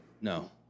No